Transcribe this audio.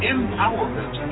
Empowerment